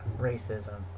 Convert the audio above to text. racism